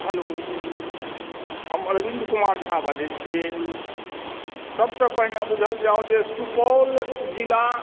hello हम अरविन्द कुमार झा बाजै छी सबसँ पहिने बुझल जाओ जे सुपौल जिला